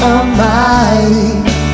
Almighty